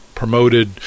promoted